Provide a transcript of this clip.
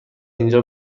اینجا